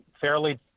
fairly